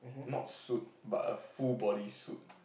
not suit but a full body suit